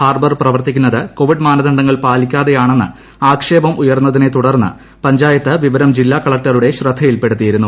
harbour പ്രവർത്തിക്കുന്നത് covid മാനദണ്ഡങ്ങൾ പാലിക്കാതെയാണെന്ന് ആക്ഷേപം ഉയർന്നതിനെ തുടർന്ന് പഞ്ചായത്ത് വിവരം ജില്ലാ കലക്ടറുടെ ശ്രദ്ധയിൽപ്പെടുത്തിയിരുന്നു